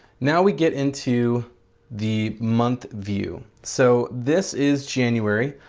now we get into the month view. so this is january,